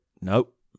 Nope